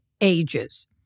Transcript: ages